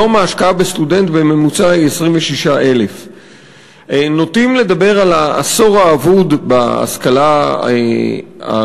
היום ההשקעה בסטודנט בממוצע היא 26,000. נוטים לדבר על העשור האבוד בהשכלה הגבוהה,